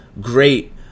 great